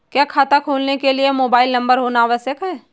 क्या खाता खोलने के लिए मोबाइल नंबर होना आवश्यक है?